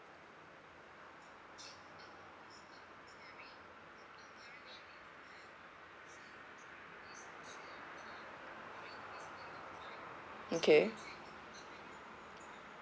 okay